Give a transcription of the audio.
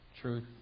truth